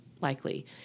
likely